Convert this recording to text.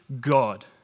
God